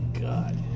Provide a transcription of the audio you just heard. God